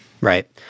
Right